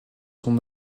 sont